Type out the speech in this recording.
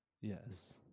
Yes